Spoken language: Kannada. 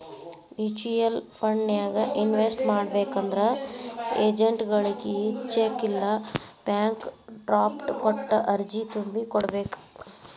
ಮ್ಯೂಚುಯಲ್ ಫಂಡನ್ಯಾಗ ಇನ್ವೆಸ್ಟ್ ಮಾಡ್ಬೇಕಂದ್ರ ಏಜೆಂಟ್ಗಳಗಿ ಚೆಕ್ ಇಲ್ಲಾ ಬ್ಯಾಂಕ್ ಡ್ರಾಫ್ಟ್ ಕೊಟ್ಟ ಅರ್ಜಿ ತುಂಬಿ ಕೋಡ್ಬೇಕ್